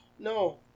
No